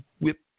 whip